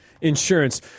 Insurance